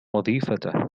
وظيفته